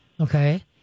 Okay